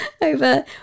over